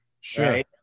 Sure